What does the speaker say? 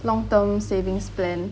long term savings plan